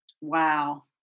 Wow